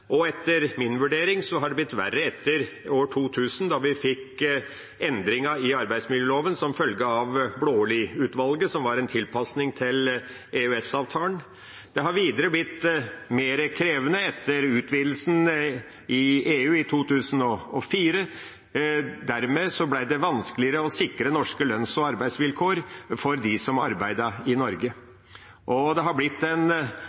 og etter min vurdering har det blitt verre etter år 2000, da vi fikk endringen i arbeidsmiljøloven som følge av Blaalid-utvalget, som var en tilpasning til EØS-avtalen. Det har videre blitt mer krevende etter utvidelsen av EU i 2004. Dermed ble det vanskeligere å sikre norske lønns- og arbeidsvilkår for dem som arbeidet i Norge. Det har også blitt en